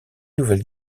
nouvelle